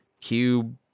cube